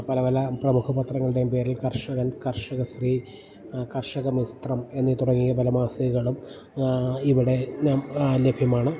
പല പല പ്രമുഖ പത്രങ്ങളുടെയും പേരിൽ കർഷകൻ കർഷകശ്രീ കർഷക മിത്രം എന്നീ തുടങ്ങിയ പല മാസികകളും ഇവിടെ നാം ലഭ്യമാണ്